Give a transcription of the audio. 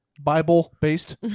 Bible-based